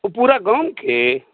ओ पुरा गामकेँ